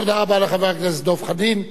תודה רבה לחבר הכנסת דב חנין.